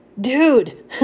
dude